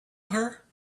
her